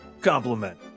compliment